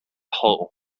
whole